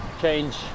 change